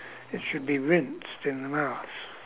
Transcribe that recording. it should be rinsed in the mouth